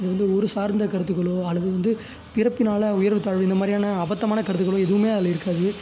அது வந்து ஒரு சார்ந்த கருத்துகளோ அல்லது வந்து பிறப்பினால் உயர்வு தாழ்வு இந்த மாதிரியான அபத்தமான கருத்துக்களோ எதுவுமே அதில் இருக்காது